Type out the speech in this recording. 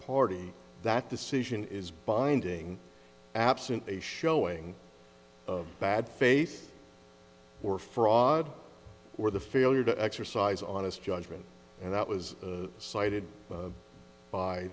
party that decision is binding absent a showing of bad faith or fraud or the failure to exercise on his judgment and that was cited